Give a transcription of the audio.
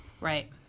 Right